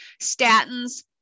Statins